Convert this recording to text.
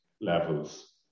levels